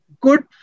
good